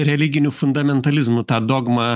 religiniu fundamentalizmu tą dogmą